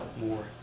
more